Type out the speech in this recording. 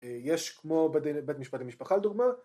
יש כמו בית משפט למשפחה לדוגמה